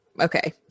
Okay